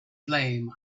flame